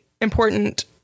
important